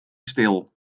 stil